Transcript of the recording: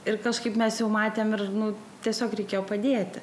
ir kažkaip mes jau matėm ir nu tiesiog reikėjo padėti